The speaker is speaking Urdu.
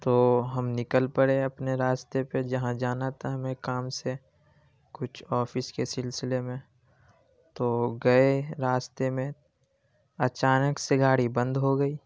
تو ہم نکل پڑے اپنے راستے پہ جہاں جانا تھا ہمیں کام سے کچھ آفس کے سلسلے میں تو گئے راستے میں اچانک سے گاڑی بند ہو گئی